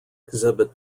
exhibit